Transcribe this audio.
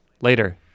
later